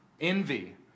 Envy